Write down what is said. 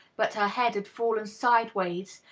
but her head fallen sideways,